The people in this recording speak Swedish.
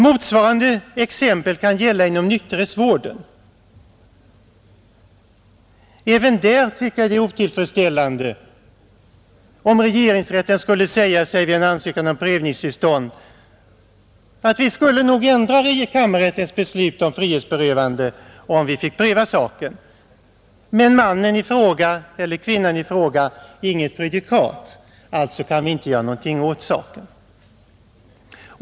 Motsvarande exempel kan gälla inom nykterhetsvården. Även där tycker jag att det är otillfredsställande om regeringsrätten skulle säga sig vid en ansökan om prövningstillstånd att kammarrättens beslut om frihetsberövande nog skulle ändras, om saken fick prövas. Men mannen eller kvinnan i fråga är inget prejudikat, alltså kan regeringsrätten inte göra någonting åt saken.